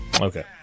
Okay